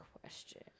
question